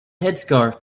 headscarf